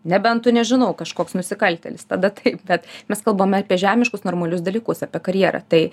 nebent tu nežinau kažkoks nusikaltėlis tada taip bet mes kalbame apie žemiškus normalius dalykus apie karjerą tai